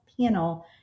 panel